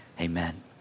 Amen